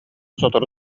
сотору